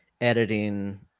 editing